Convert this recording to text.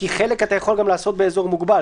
כי חלק אתה יכול גם לעשות באזור מוגבל.